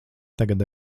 tagad